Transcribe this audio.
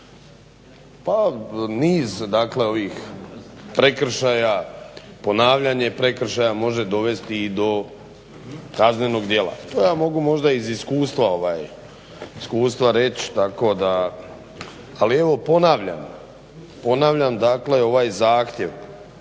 dakle ovih prekršaja, ponavljanje prekršaja može dovesti i do kaznenog djela. To ja mogu možda iz iskustva reći tako da, ali evo ponavljam dakle ovaj zahtjev